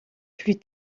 plus